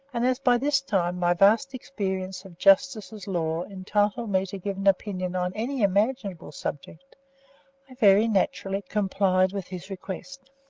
and as by this time my vast experience of justices' law entitled me to give an opinion on any imaginable subject, i very naturally complied with his request.